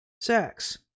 sex